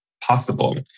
possible